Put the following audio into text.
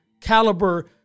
caliber